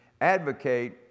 advocate